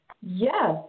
Yes